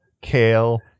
kale